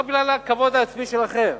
רק בגלל הכבוד העצמי שלכם.